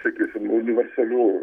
tikisi universalių